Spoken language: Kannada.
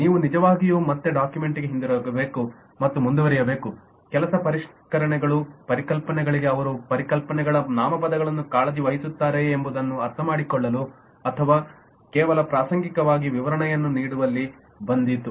ನೀವು ನಿಜವಾಗಿಯೂ ಮತ್ತೆ ಡಾಕ್ಯುಮೆಂಟ್ಗೆ ಹಿಂತಿರುಗಬೇಕು ಮತ್ತು ಮುಂದುವರಿಯಬೇಕು ಕೆಲಸ ಪರಿಷ್ಕರಣೆಗಳು ಪರಿಕಲ್ಪನೆಗಳಿಗೆ ಅವರು ಪರಿಕಲ್ಪನೆಗಳ ನಾಮಪದಗಳನ್ನು ಕಾಳಜಿ ವಹಿಸುತ್ತಾರೆಯೇ ಎಂಬುದನ್ನು ಅರ್ಥಮಾಡಿಕೊಳ್ಳಲು ಅಥವಾ ಅವರು ಕೇವಲ ಪ್ರಾಸಂಗಿಕವಾಗಿ ವಿವರಣೆಯನ್ನು ನೀಡುವಲ್ಲಿ ಬಂದಿತು